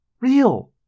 Real